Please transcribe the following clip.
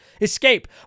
escape